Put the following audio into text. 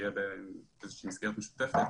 שהן יהיו במסגרת איזושהי מסגרת משותפת